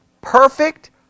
Perfect